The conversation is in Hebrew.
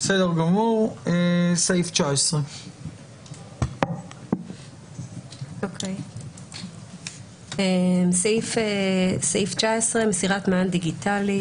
נעבור לסעיף 19. "מסירת מען דיגיטלי,